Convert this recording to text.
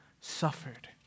suffered